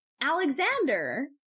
Alexander